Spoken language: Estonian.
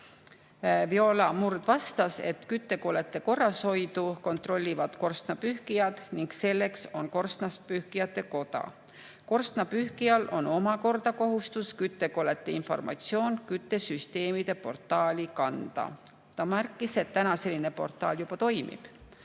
Viola Murd vastas, et küttekollete korrashoidu kontrollivad korstnapühkijad ning selleks on korstnapühkijate koda. Korstnapühkijal on omakorda kohustus küttekollete informatsioon küttesüsteemide portaali kanda. Ta märkis, et praegu selline portaal juba toimib